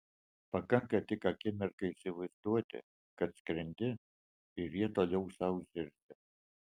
pakanka tik akimirką įsivaizduoti kad skrendi ir jie toliau sau zirzia